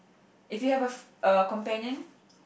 if you have a f~ a companion